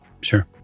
Sure